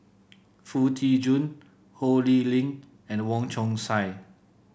Foo Tee Jun Ho Lee Ling and Wong Chong Sai